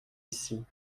ici